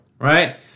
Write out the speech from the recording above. Right